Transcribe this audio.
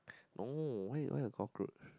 no why why got cockroach